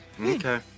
Okay